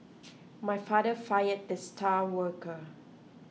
my father fired the star worker